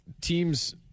teams